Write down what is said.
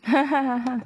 hahahaha